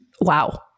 Wow